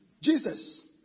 Jesus